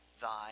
thy